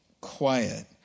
quiet